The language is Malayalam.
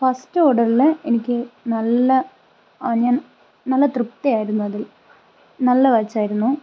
ഫസ്റ്റ് ഓർഡറിൽ എനിക്ക് നല്ല ആ ഞാൻ നല്ല തൃപ്തിയായിരുന്നു അതിൽ നല്ല വാച്ച് ആയിരുന്നു